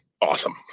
awesome